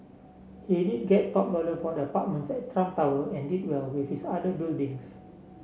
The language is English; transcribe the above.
he did get top dollar for the apartments at Trump Tower and did well with his other buildings